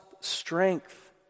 strength